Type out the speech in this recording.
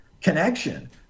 connection